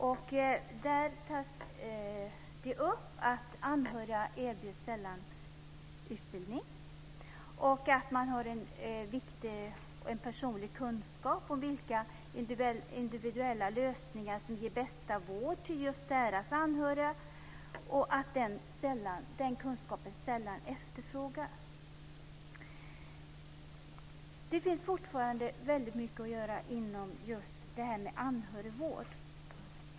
Där tas det upp att anhöriga sällan erbjuds utbildning och att de har en personlig kunskap om vilka individuella lösningar som ger den bästa vården till just deras anhöriga och att den kunskapen sällan efterfrågas. Det finns fortfarande väldigt mycket att göra inom just anhörigvård.